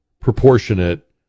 proportionate